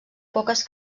poques